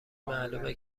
معلومه